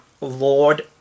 Lord